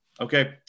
Okay